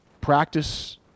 practice